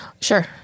sure